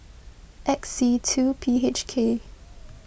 X C two P H K